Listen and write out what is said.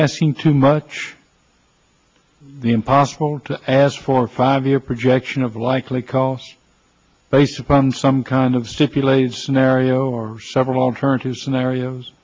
asking too much the impossible to ask for a five year projection of likely cost based upon some kind of synfuel age scenario or several alternative scenarios